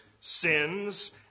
sins